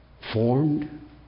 formed